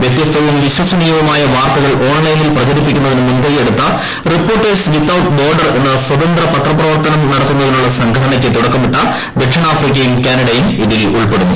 വ്യത്യസ്തവും വിശ്വസനീയവുമായ വാർത്തകൾ ഓൺലൈനിൽ പ്രചരിപ്പിക്കുന്നതിന് മുൻകൈയ്യെടുത്ത റിപ്പോർട്ടേഴ്സ് വിത്തൌട്ട് ബോർഡർ എന്ന സ്വതന്ത്ര പത്രപ്രവർത്തനം നടത്തുന്നതിനുള്ള സംഘടനയ്ക്ക് തുടക്കമിട്ട ദക്ഷിണാഫ്രിക്കയും കാനഡയും ഇതിൽ ഉൾപ്പെടുന്നു